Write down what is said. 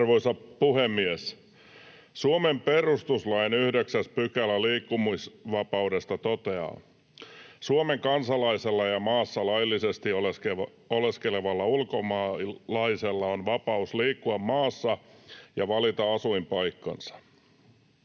Arvoisa puhemies! Suomen perustuslain 9 § liikkumisvapaudesta toteaa: ”Suomen kansalaisella ja maassa laillisesti oleskelevalla ulkomaalaisella on vapaus liikkua maassa ja valita asuinpaikkansa.”